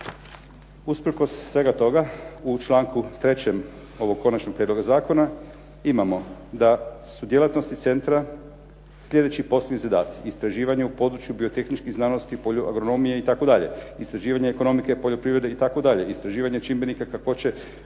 Usprkos svega toga u članku 3. ovoga konačnoga prijedloga zakona imamo da su djelatnosti centra sljedeći postignuti zadaci, istraživanja u području biotehničkih znanosti, polju agronomije, itd., istraživanje ekonomike, poljoprivrede itd., istraživanje čimbenika kakvoće,